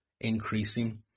increasing